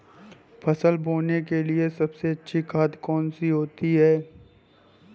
फसल बोने के लिए सबसे अच्छी खाद कौन सी होती है?